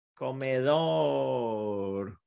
Comedor